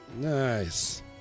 nice